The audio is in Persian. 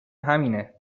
همینه